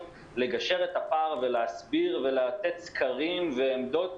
לגשר את הפער ולהסביר ולתת סקרים ועמדות,